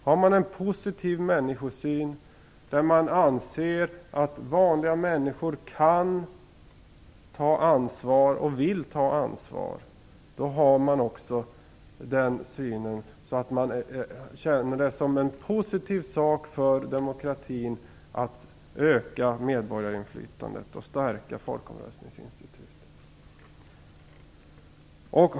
Har man en positiv människosyn och anser att vanliga människor kan och vill ta ansvar ser man också det som en positiv sak för demokratin att öka medborgarinflytandet och stärka folkomröstningsinstitutet.